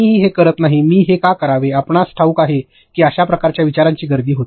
कोणीही हे करत नाही मी हे का करावे आपणास ठाऊक आहे की अशा प्रकारच्या विचारांची गर्दी होते